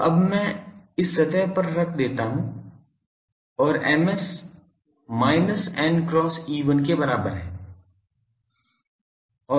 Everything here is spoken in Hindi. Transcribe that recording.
तो अब मैं इस सतह पर रख देता हूँ और Ms minus n cross E1 के बराबर है